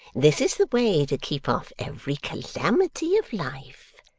this is the way to keep off every calamity of life!